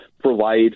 provide